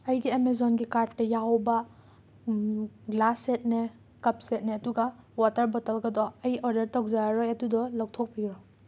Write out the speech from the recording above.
ꯑꯩꯒꯤ ꯑꯦꯃꯦꯖꯣꯟꯒꯤ ꯀꯥꯔꯠꯇ ꯌꯥꯎꯕ ꯒ꯭ꯂꯥꯁ ꯁꯦꯠꯅꯦ ꯀꯞ ꯁꯦꯠꯅꯦ ꯑꯗꯨꯒ ꯋꯥꯇꯔ ꯕꯣꯇꯜꯒꯗꯣ ꯑꯩ ꯑꯣꯔꯗꯔ ꯇꯧꯖꯔꯔꯣꯏ ꯑꯗꯨꯗꯣ ꯂꯧꯊꯣꯛꯄꯤꯔꯣ